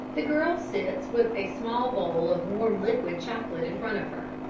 the girl sits with a small bowl of warm liquid chocolate in front of her,